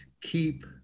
keep